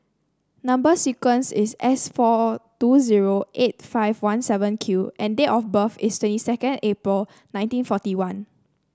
number sequence is S four two zero eight five one seven Q and date of birth is twenty second April nineteen forty one